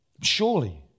Surely